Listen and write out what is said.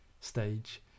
stage